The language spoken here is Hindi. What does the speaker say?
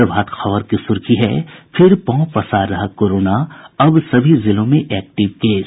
प्रभात खबर की सुर्खी है फिर पांव पसार रहा कोरोना अब सभी जिलों में एक्टिव केस